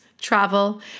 travel